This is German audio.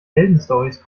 heldenstorys